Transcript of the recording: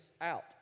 out